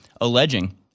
alleging